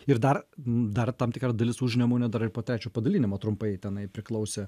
ir dar dar tam tikra dalis užnemunė dar ir po trečio padalinimo trumpai tenai priklausė